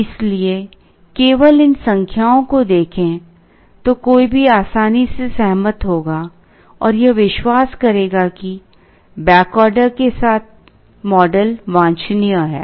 इसलिए केवल इन संख्याओं को देखें कोई भी आसानी से सहमत होगा और यह विश्वास करेगा कि बैक ऑर्डर के साथ मॉडल वांछनीय है